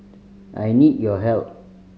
I need your help